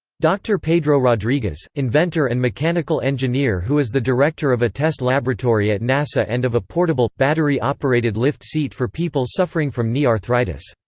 dr. pedro rodriguez, inventor and mechanical engineer who is the director of a test laboratory at nasa and of a portable, battery-operated lift seat for people suffering from knee arthritis.